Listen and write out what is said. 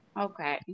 Okay